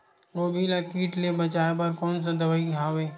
गोभी ल कीट ले बचाय बर कोन सा दवाई हवे?